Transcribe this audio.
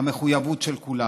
המחויבות של כולם.